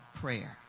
prayer